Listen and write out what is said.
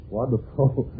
Wonderful